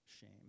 shame